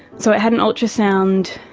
so i had an ultrasound,